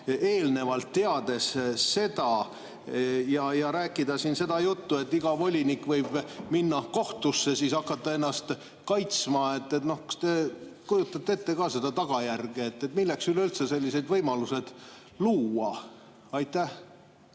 eelnevalt seda teades? Rääkida siin seda juttu, et iga volinik võib minna kohtusse ja siis hakata ennast kaitsma – kas te kujutate ette seda tagajärge? Milleks üldse sellised võimalused luua? Aitäh!